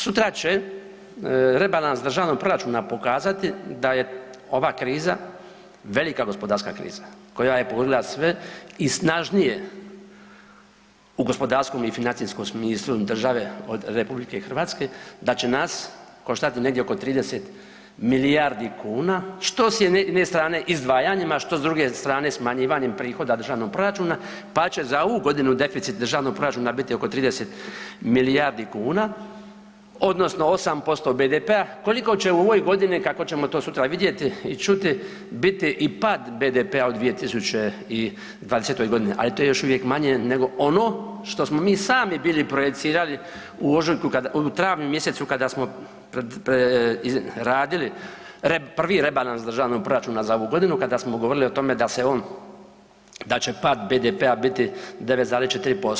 Sutra će rebalans državnog proračuna pokazati da je ova kriza velika gospodarska kriza koja je pogodila sve i snažnije u gospodarskom i financijskom smislu države od RH, da će nas koštati negdje oko 30 milijardi kuna, što s jedne strane izdvajanjima, što s druge strane smanjivanjem prihoda državnog proračuna, pa će za ovu godinu deficit državnog proračuna biti oko 30 milijardi kuna odnosno 8% BDP-a, koliko će u ovoj godini, kako ćemo to sutra vidjeti i čuti, biti i pad BDP-a u 2020.g., ali to je još uvijek manje nego ono što smo mi sami bili projicirali u ožujku kad, u travnju mjesecu kada smo radili prvi rebalans državnog proračuna za ovu godinu, kada smo govorili o tome da se on, da će pad BDP-a biti 9,4%